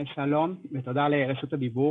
שלום ותודה על רשות הדיבור